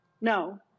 No